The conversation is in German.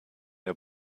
der